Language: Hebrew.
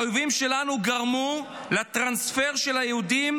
האויבים שלנו גרמו לטרנספר של היהודים